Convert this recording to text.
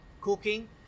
cooking